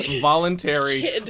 Voluntary